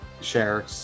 share